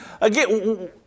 again